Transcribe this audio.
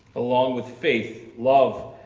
along with faith, love,